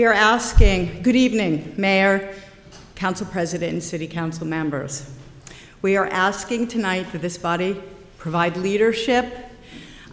are asking good evening mayor council president city council members we are asking tonight for this body provide leadership